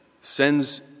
sends